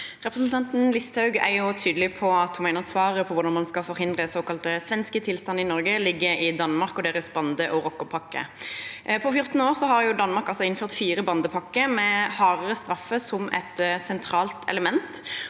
Repre- sentanten Listhaug er tydelig på at hun mener at svaret på hvordan man skal forhindre såkalt svenske tilstander i Norge, ligger i Danmark og deres bande- og rockerpakke. På 14 år har Danmark innført fire bandepakker med hardere straffer som et sentralt element.